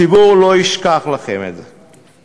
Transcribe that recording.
הציבור לא ישכח לכם את זה.